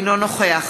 אינו נוכח